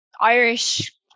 Irish